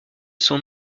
son